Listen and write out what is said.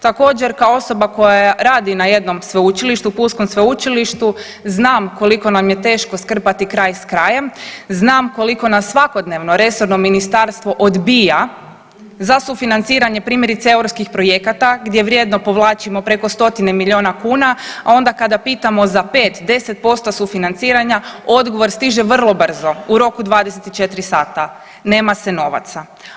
Također, kao osoba koja radi na jednom sveučilištu, pulskom sveučilištu, znam koliko nam je teško skrpati kraj s krajem, znam koliko nas svakodnevno resorno ministarstvo odbija za sufinanciranje, primjerice, EU projekata gdje vrijedno povlačimo preko stotine milijuna kuna, onda kada pitamo za 5, 10% sufinanciranja, odgovor stiže vrlo brzo, u roku 24 sata-nema se novaca.